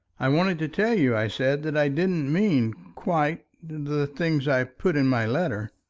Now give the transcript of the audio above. i wanted to tell you, i said, that i didn't mean quite. the things i put in my letter.